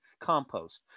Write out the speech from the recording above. compost